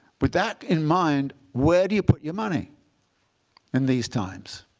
with that in mind, where do you put your money in these times?